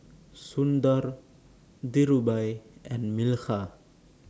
Sundar Dhirubhai and Milkha